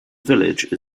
village